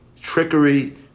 trickery